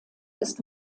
ist